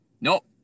Nope